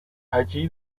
allí